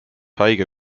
haige